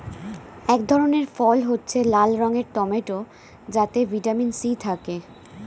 এক ধরনের ফল হচ্ছে লাল রঙের টমেটো যাতে ভিটামিন সি থাকে